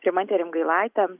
rimantė rimgailaitė